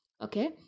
okay